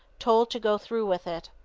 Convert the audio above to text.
told to go through with it.